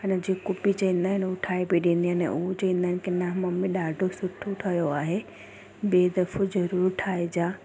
माना जेको बि चवंदा आहिनि उहो ठाहे बि ॾींदी अने उहे चवंदा आहिनि कि ना ममी ॾाढो सुठो ठहियो आहे ॿे दफ़ो ज़रूर ठाइजो